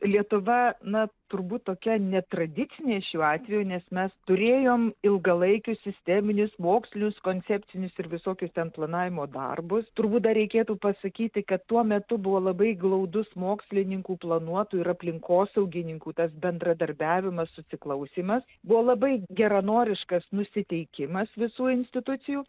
lietuva na turbūt tokia netradicinė šiuo atveju nes mes turėjom ilgalaikius sisteminius mokslius koncepcinius ir visokius ten planavimo darbus turbūt dar reikėtų pasakyti kad tuo metu buvo labai glaudus mokslininkų planuotojų ir aplinkosaugininkų tas bendradarbiavimas susiklausymas buvo labai geranoriškas nusiteikimas visų institucijų